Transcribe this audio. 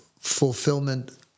fulfillment